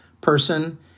person